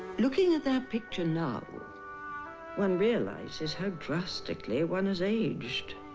looking at that picture now one realizes how drastically one has aged.